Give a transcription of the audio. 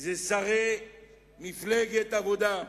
שרי מפלגת העבודה.